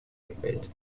gefällt